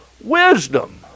Wisdom